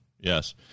yes